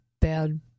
bad